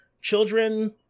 children